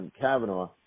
Kavanaugh